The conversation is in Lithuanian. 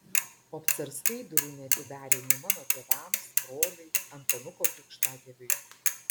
obcarskai durų neatidarė nei mano tėvams broliui antanuko krikštatėviui